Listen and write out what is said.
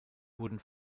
wurden